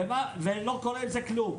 לא קורה עם זה דבר.